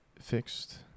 fixed